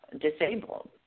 disabled